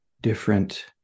different